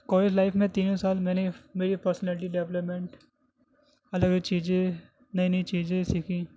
college life میں تینوں سال میں نے میری پرسنالٹی ڈیولپمینٹ الگ الگ چیزیں نئی نئی چیزیں سیکھیں